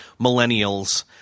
Millennials